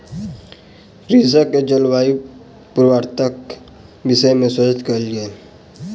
कृषक के जलवायु पूर्वानुमानक विषय में सचेत कयल गेल